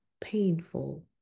painful